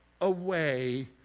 away